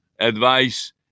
advice